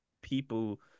people